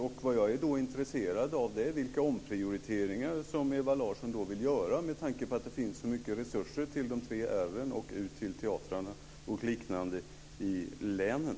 Därför är jag intresserad av vilka omprioriteringar som Ewa Larsson vill göra med tanke på att det finns så mycket resurser till de tre R:n och till teatrarna och liknande i länen.